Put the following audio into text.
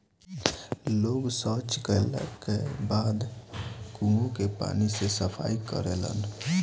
लोग सॉच कैला के बाद कुओं के पानी से सफाई करेलन